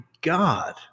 God